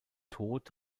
tod